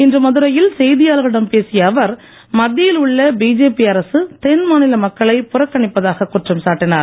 இன்று மதுரையில் செய்தியாளர்களிடம் பேசிய அவர் மத்தியில் உள்ள பிஜேபி அரசு தென் மாநில மக்களை புறக்கணிப்பதாக குற்றம் சாட்டினார்